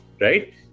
right